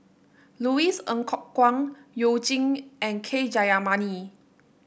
Louis Ng Kok Kwang You Jin and K Jayamani